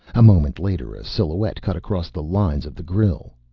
a moment later a silhouette cut across the lines of the grille.